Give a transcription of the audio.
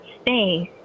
space